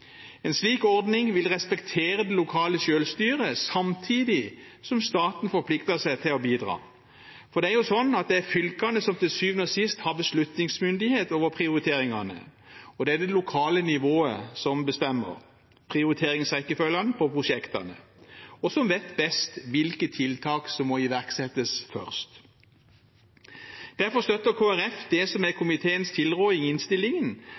En slik ordning vil respektere det lokale selvstyret samtidig som staten forplikter seg til å bidra. For det er jo sånn at det er fylkene som til syvende og sist har beslutningsmyndighet over prioriteringene, og det er det lokale nivået som bestemmer prioriteringsrekkefølgen på prosjektene, og som vet best hvilke tiltak som må iverksettes først. Derfor støtter Kristelig Folkeparti det som er komiteens tilråding i innstillingen,